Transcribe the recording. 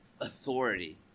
authority